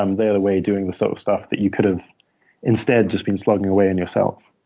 um they're away doing the sort of stuff that you could have instead just been slogging away on yourself